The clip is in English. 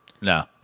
No